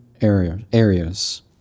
areas